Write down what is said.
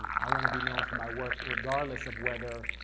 i wanna be known for my work regardless of whether